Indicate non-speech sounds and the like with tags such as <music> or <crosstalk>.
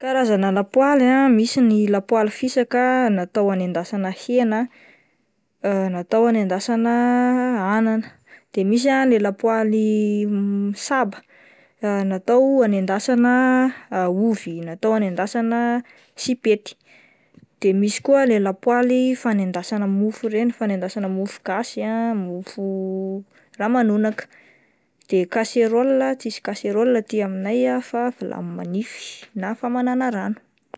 Karazana lapoaly ah, misy ny lapoaly natao anendasana hena <hesitation> natao anendasana anana, de misy ah ny lapoaly <hesitation> saba <hesitation> natao anendasana <hesitation> ovy, natao anendasana sipety, de misy koa le lapoaly fanendasana mofo ireny, fanendasana mofogasy ah mofo ramanonaka, de kasirolina tsisy kaserolina atya aminay ah fa vilany manify na famanana rano.